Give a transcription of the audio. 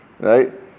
Right